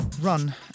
Run